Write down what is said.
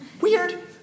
Weird